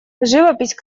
живопись